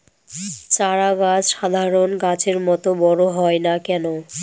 চারা গাছ সাধারণ গাছের মত বড় হয় না কেনো?